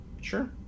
Sure